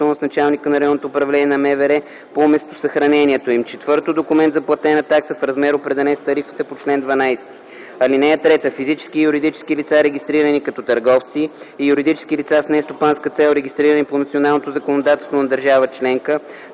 на РУ на МВР по местосъхранението им; 4. документ за платена такса в размер, определен с тарифата по чл. 12. (3) Физически и юридически лица, регистрирани като търговци, и юридически лица с нестопанска цел, регистрирани по националното законодателство на държава членка,